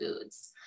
foods